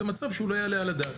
וזה מצב שהוא לא יעלה על הדעת.